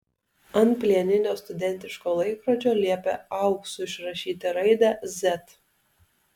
ant plieninio studentiško laikrodžio liepė auksu išrašyti raidę z